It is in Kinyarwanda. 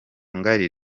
ngari